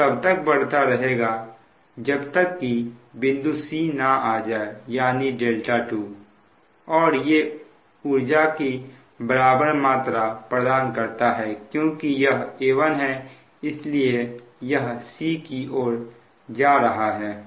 यह तब तक बढ़ते रहेगा जब तक की बिंदु c ना आ जाए यानी δ2 और ये ऊर्जा की बराबर मात्रा प्रदान करता है क्योंकि यह A1 है इसलिए यह c की ओर जा रहा है